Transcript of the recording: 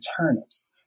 turnips